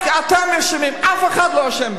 רק אתם אשמים, אף אחד לא אשם בזה.